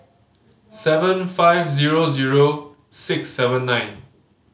seven five zero zero six seven nine